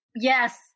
Yes